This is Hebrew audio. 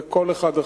לכל אחד אחר.